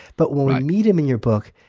but when we meet him in your book,